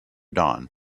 dawn